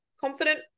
confident